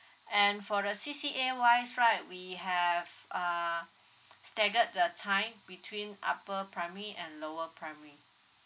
and for the C_C_A wise right we have uh staggered the time between upper primary and lower primary